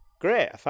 Great